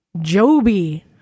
Joby